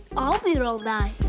i'll be the rolled eye.